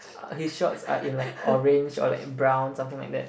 eh his shorts are in like orange or like in brown something like that